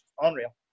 unreal